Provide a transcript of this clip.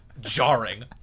jarring